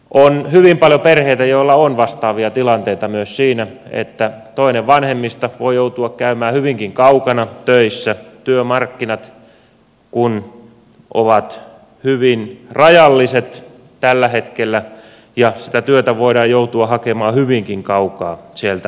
on hyvin paljon perheitä joilla on vastaavia tilanteita myös siinä että toinen vanhemmista voi joutua käymään hyvinkin kaukana töissä työmarkkinat kun ovat hyvin rajalliset tällä hetkellä ja sitä työtä voidaan joutua hakemaan hyvinkin kaukaa sieltä omasta kodista